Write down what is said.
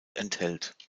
enthält